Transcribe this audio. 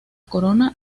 corona